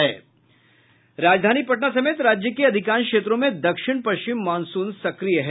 राजधानी पटना समेत राज्य के अधिकांश क्षेत्रों में दक्षिण पश्चिम मॉनसून सक्रिय है